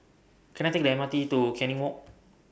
Can I Take The M R T to Canning Walk